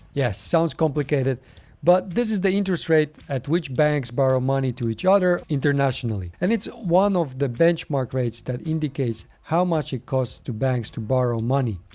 yes, it sounds complicated but this is the interest rate at which banks borrow money to each other internationally. and it's one of the benchmark rates that indicates how much it costs to banks to borrow money.